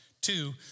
two